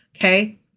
Okay